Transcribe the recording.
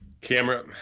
Camera